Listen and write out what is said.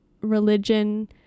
religion